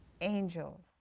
angels